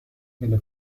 nella